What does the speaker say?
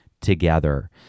together